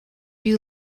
you